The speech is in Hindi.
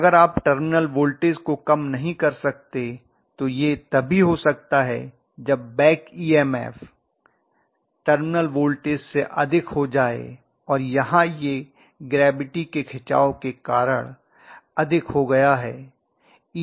अगर आप टर्मिनल वोल्टेज को कम नहीं कर सकते तो यह तभी हो सकता है जब बैक ईएमएफ टर्मिनल वोल्टेज से अधिक हो जाये और यहाँ यह ग्रेविटी के खिंचाव के कारण अधिक हो गया है